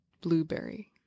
blueberry